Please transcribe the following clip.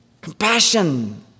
Compassion